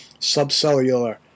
Subcellular